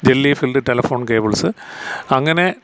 jelly filled telephone cables അങ്ങനെ